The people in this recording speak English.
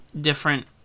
different